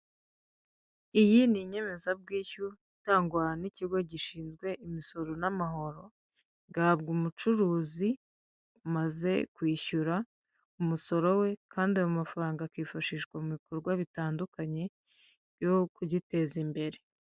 Iyi ni inyemezabwishyu itangwa n'ikigo gishinzwe imisoro n'amahoro, igahabwa umucuruzi umaze kwishyura umusoro we kandi ayo mafaranga akifashishwa mu bikorwa bitandukanye byo kugiteza imbere.